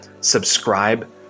subscribe